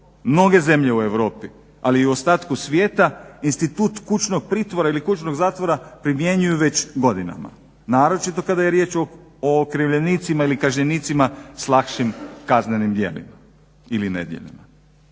Mnoge zemlje u Europi ali i u ostatku svijeta institut kućnog pritvora ili kućnog zatvora primjenjuju već godinama naročito kada je riječ o okrivljenicima ili kažnjenicima s lakšim kaznenim djelima ili nedjelima.